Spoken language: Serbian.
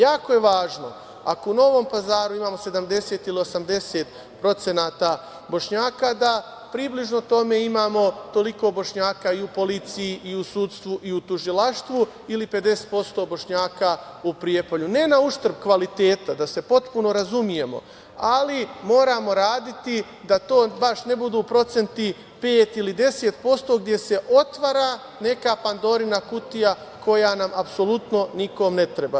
Jako je važno, ako u Novom Pazaru imamo 70% ili 80% Bošnjaka ili 50% Bošnjaka u Prijepolju da približno tome imamo toliko Bošnjaka i u policiji i u sudstvu i u tužilaštvu, ne na uštrb kvaliteta, da se potpuno razumemo, ali moramo raditi da to baš ne budu procenti 5% ili 10% gde se otvara neka Pandorina kutija koja apsolutno nikome ne treba.